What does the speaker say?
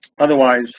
Otherwise